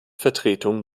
vertretung